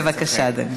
בבקשה, אדוני.